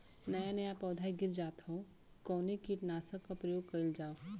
नया नया पौधा गिर जात हव कवने कीट नाशक क प्रयोग कइल जाव?